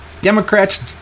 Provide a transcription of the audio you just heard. Democrats